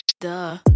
Duh